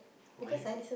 why